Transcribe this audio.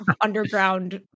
underground